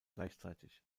gleichzeitig